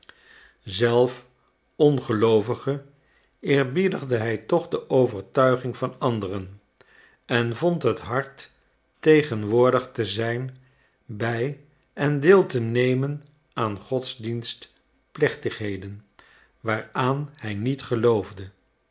zelf ongeloovige eerbiedigde hij toch de overtuiging van anderen en vond het hard tegenwoordig te zijn bij en deel te nemen aan godsdienstplechtigheden waaraan hij niet geloofde